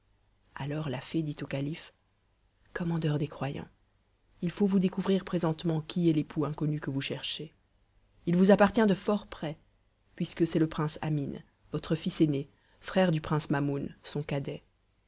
alors la fée dit au calife commandeur des croyants il faut vous découvrir présentement qui est l'époux inconnu que vous cherchez il vous appartient de fort près puisque c'est le prince amin votre fils aîné frère du prince mamoun son cadet